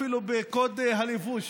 אפילו בקוד הלבוש